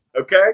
Okay